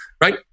right